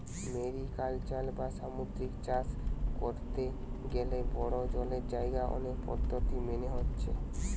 mariculture বা সামুদ্রিক চাষ কোরতে গ্যালে বড়ো জলের জাগায় অনেক পদ্ধোতি মেনে হচ্ছে